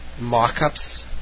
mock-ups